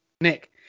Nick